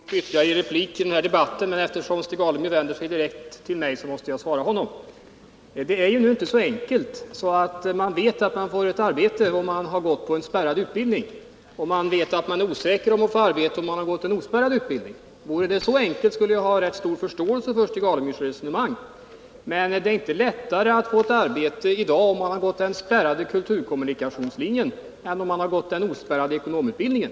Herr talman! Jag hade inte tänkt gå upp i någon ytterligare replik i den här debatten, men eftersom Stig Alemyr vänder sig direkt till mig måste jag svara honom. Det är nu inte så enkelt att man vet att man får ett arbete om man har gått en spärrad utbildning och vet att man är osäker om att få ett arbete om man har gått en ospärrad utbildning. Vore det så enkelt skulle jag ha rätt stor förståelse för Stig Alemyrs resonemang. Men det är inte lättare att få ett arbete i dag om man har gått den spärrade kulturkommunikationslinjen än om man har gått igenom den ospärrade ekonomutbildningen.